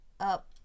Up